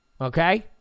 Okay